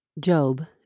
Job